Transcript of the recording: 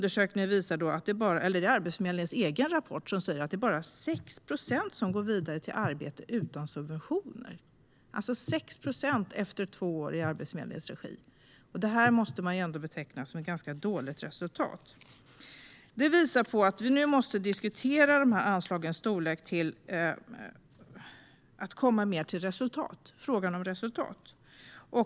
Enligt Arbetsförmedlingens egen rapport är det bara 6 procent som efter två år i Arbetsförmedlingens regi går vidare till arbete utan subventioner. Detta måste ändå betecknas som ett ganska dåligt resultat. Detta visar på att vi nu måste diskutera dessa anslags storlek och komma mer till frågan om resultat.